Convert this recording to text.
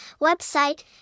Website